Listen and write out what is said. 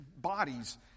bodies